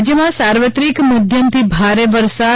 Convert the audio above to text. રાજ્યમાં સાર્વત્રિક મધ્યમથી ભારે વરસાદ